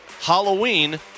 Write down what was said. Halloween